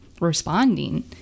responding